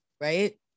right